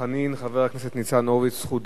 חבר הכנסת ניצן הורוביץ, רשות דיבור.